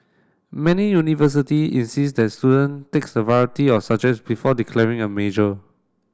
many university insist that student takes a variety of subjects before declaring a major